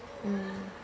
mm